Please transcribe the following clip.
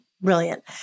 Brilliant